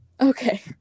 okay